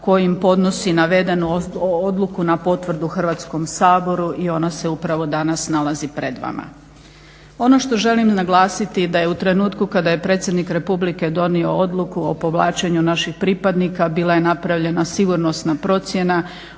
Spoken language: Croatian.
kojim podnosi navedenu odluku na potvrdu Hrvatskom saboru i ona se upravo danas nalazi pred vama. Ono što želim naglasiti da je u trenutku kada je predsjednik Republike donio Odluku o povlačenju naših pripadnika bila je napravljena sigurnosna procjena